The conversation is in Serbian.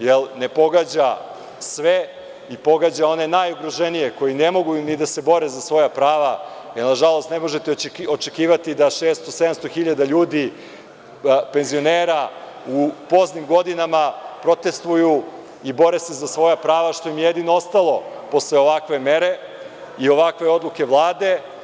jer ne pogađa sve i pogađa one najugroženije koji ne mogu ni da se bore za svoja prava, jer nažalost, ne možete očekivati da 600, 700.000 ljudi, penzionera u poznim godinama protestvuju i bore se za svoja prava, što im je jedino ostalo posle ovakve mere i ovakve odluke Vlade.